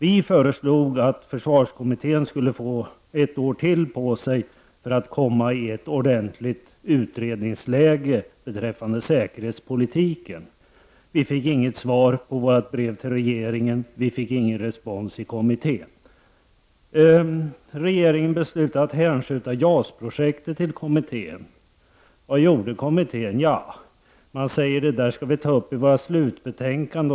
Vi föreslog att försvarskommittén skulle få ett år till på sig för att komma i ett ordentligt utredningsläge beträffande säkerhetspolitiken. Vi fick inget svar på vårt brev till regeringen och vi fick ingen respons i kommittén. Regeringen beslutade att hänskjuta JAS-projektet till kommittén. Vad gjorde kommittén? Man sade att man skulle ta upp detta i sitt slutbetänkande.